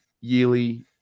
yearly